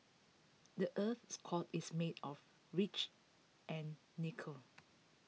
the Earth's score is made of rich and nickel